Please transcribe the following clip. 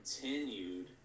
continued